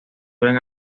gran